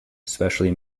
specially